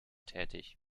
tätig